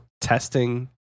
testing